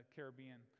Caribbean